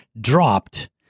dropped